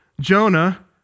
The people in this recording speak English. Jonah